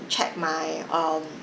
check my um